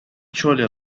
chole